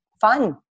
fun